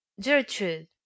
Gertrude